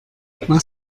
was